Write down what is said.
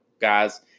guys